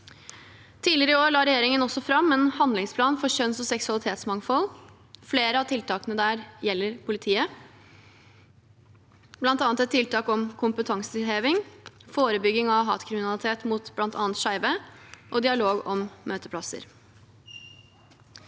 Tidligere i år la regjeringen også fram en handlingsplan for kjønns- og seksualitetsmangfold. Flere av tiltakene der gjelder politiet, bl.a. tiltak om kompetanseheving, forebygging av hatkriminalitet mot bl.a. skeive og dialog om møteplasser.